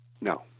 no